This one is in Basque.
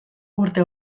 urte